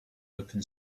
open